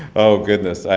oh goodness, i